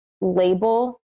label